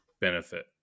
benefit